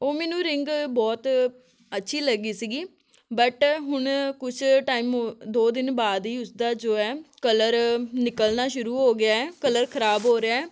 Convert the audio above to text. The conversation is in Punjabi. ਉਹ ਮੈਨੂੰ ਰਿੰਗ ਬਹੁਤ ਅੱਛੀ ਲੱਗੀ ਸੀਗੀ ਬਟ ਹੁਣ ਕੁਛ ਟਾਈਮ ਦੋ ਦਿਨ ਬਾਅਦ ਹੀ ਉਸਦਾ ਜੋ ਹੈ ਕਲਰ ਨਿਕਲਣਾ ਸ਼ੁਰੂ ਹੋ ਗਿਆ ਹੈ ਕਲਰ ਖ਼ਰਾਬ ਹੋ ਰਿਹਾ ਹੈ